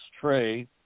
tray